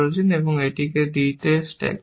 এবং এটিকে b তে স্ট্যাক করছেন